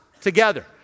Together